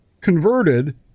converted